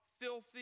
filthy